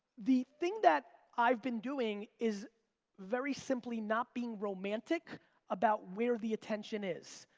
the thing that i've been doing is very simply not being romantic about where the attention is.